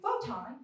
photon